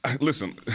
Listen